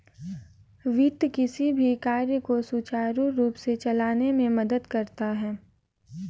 वित्त किसी भी काम को सुचारू रूप से चलाने में मदद करता है